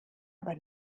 aber